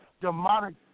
demonic